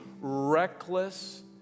reckless